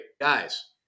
guys